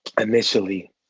initially